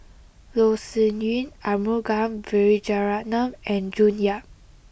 Loh Sin Yun Arumugam Vijiaratnam and June Yap